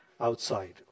outside